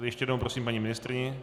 Ještě jednou prosím paní ministryni.